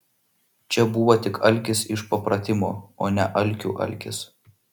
čia buvo tik alkis iš papratimo o ne alkių alkis